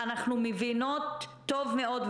אנחנו מבינות טוב מאוד,